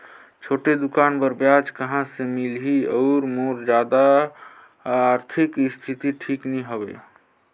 छोटे दुकान बर ब्याज कहा से मिल ही और मोर जादा आरथिक स्थिति ठीक नी हवे?